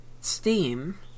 Steam